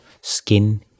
Skin